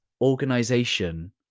organization